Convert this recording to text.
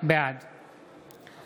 בעד